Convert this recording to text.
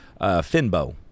Finbo